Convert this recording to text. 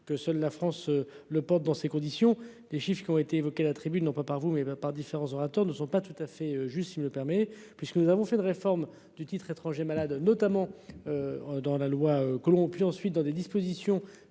que seule la France le porte-dans ces conditions. Des chiffres qui ont été évoqués la tribune non pas par vous mais par différents orateurs ne sont pas tout à fait juste, il me le permet puisque nous avons fait de réformes du titres étrangers malades notamment. Dans la loi que l'on puisse ensuite dans des dispositions